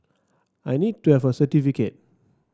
I need to have a certificate